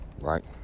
right